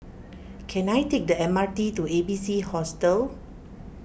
can I take the M R T to A B C Hostel